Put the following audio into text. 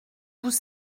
vous